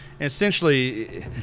Essentially